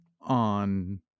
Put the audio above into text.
on